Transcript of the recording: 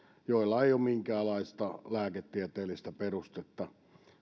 joille ei ole minkäänlaista lääketieteellistä perustetta